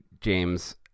James